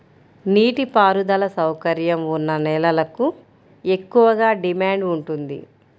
నీటి పారుదల సౌకర్యం ఉన్న నేలలకు ఎక్కువగా డిమాండ్ ఉంటుంది